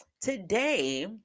Today